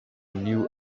new